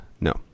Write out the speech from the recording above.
no